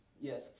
yes